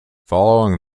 following